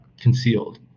concealed